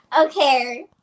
Okay